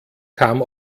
kam